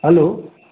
hello